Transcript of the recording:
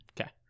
Okay